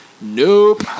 nope